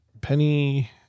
Penny